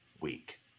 week